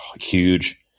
huge